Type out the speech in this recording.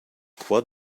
quad